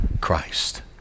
Christ